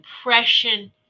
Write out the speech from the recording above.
impression